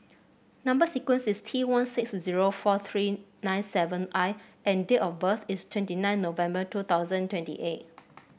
number sequence is T one six zero four three nine seven I and date of birth is twenty nine November two thousand twenty eight